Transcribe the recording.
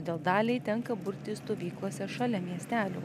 dėl daliai tenka burtis stovyklose šalia miestelių